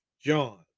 John